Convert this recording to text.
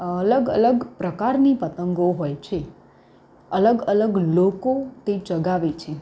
અલગ અલગ પ્રકારની પતંગો હોય છે અલગ અલગ લોકો તે ચગાવે છે